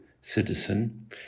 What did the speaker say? citizen